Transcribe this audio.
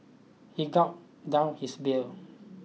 he gulped down his beer